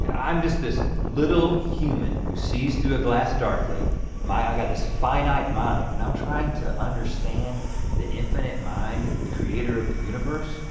yeah i'm just this little human who sees through a glass darkly my i got this finite mind and i'm trying to understand the infinite mind, the creator of the universe.